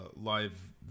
live